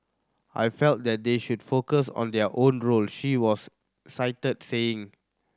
I feel that they should focus on their own role she was cited saying